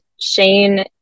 Shane